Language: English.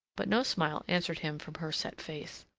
but no smile answered him from her set face.